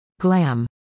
Glam